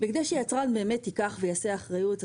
והיצרן צריך לקחת ולתת אחריות.